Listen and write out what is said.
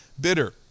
bitter